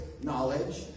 knowledge